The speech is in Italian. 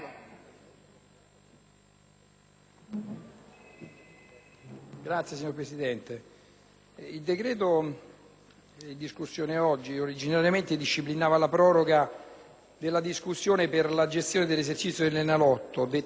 *(IdV)*. Signora Presidente, il decreto oggi in discussione originariamente disciplinava la proroga della concessione per la gestione dell'esercizio dell'Enalotto, dettata dall'impossibilità di aggiudicare nei tempi inizialmente previsti